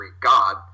god